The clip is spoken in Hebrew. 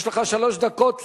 יש לך שלוש דקות לנמק.